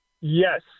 Yes